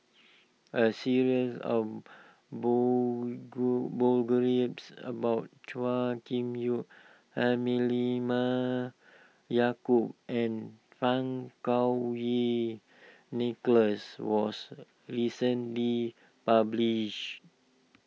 a series of grew about Chua Kim Yeow Halimah Yacob and Fang Kuo Wei Nicholas was recently published